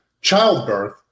childbirth